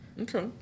Okay